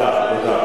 אוקיי.